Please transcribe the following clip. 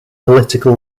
political